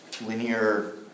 linear